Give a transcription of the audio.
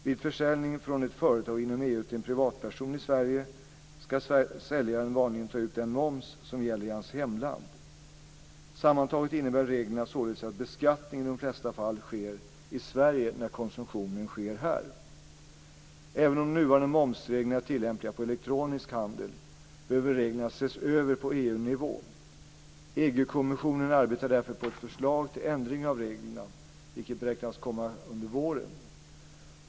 Vid försäljning från ett företag inom EU till en privatperson i Sverige ska säljaren vanligen ta ut den moms som gäller i hans hemland. Sammantaget innebär reglerna således att beskattning i de flesta fall sker i Sverige när konsumtionen sker här. Även om de nuvarande momsreglerna är tillämpliga på elektronisk handel behöver reglerna ses över på EU-nivå. EU-kommissionen arbetar därför på ett förslag till ändring av reglerna, vilket beräknas komma under våren.